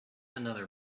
another